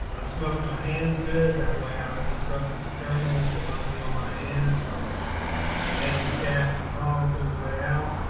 i smoke my hands good. that way i've disrupted the pheromones that might be on ah my hands from petting the cat and the dog on the way out